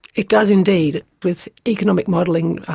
it does indeed. with economic modelling,